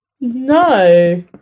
No